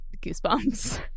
goosebumps